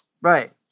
Right